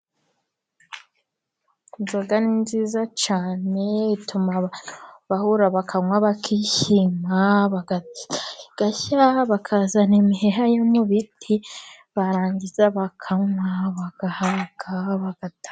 Inzoga ni nziza cyane ituma abantu bahura bakanywa bakishima, ikirori kigashya, bakazana imiheha yo mu biti, barangiza bakanywa bagahaguruka bagataha.